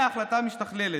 אין ההחלטה משתכללת.